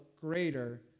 greater